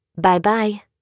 Bye-bye